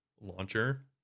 launcher